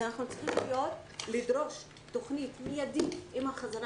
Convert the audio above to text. אנחנו צריכים לדרוש תוכנית מידית עם החזרה